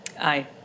Aye